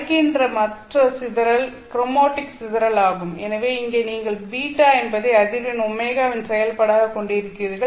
நடக்கின்ற மற்ற சிதறல் க்ரோமாட்டிக் சிதறல் ஆகும் எனவே இங்கே நீங்கள் β என்பதை அதிர்வெண் ω வின் செயல்பாடாக கொண்டிருக்கிறீர்கள்